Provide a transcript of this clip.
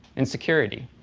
and security.